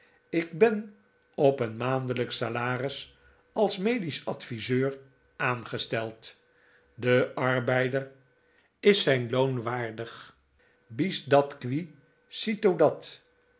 ik ben op een maandelijksch salaris als medisch adviseur aangesteld de arbeider is zijn loon waardig bis dat qui cito dat